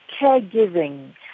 caregiving